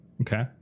Okay